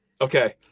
Okay